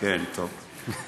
כן, טוב.